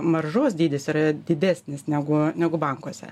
maržos dydis yra didesnis negu negu bankuose